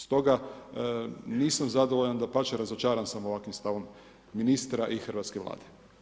Stoga nisam zadovoljan, dapače razočaran sam ovakvim stavom ministra i hrvatske Vlade.